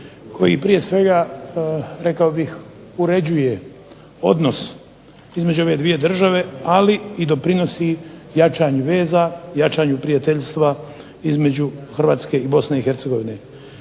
koji prije svega rekao bih uređuje odnose između ove dvije države ali i doprinosi jačanju veza, jačanju prijateljstva između Hrvatske i BiH.